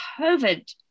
COVID